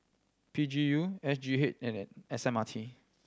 P G U S G H and S M R T